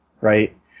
Right